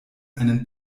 einen